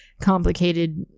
complicated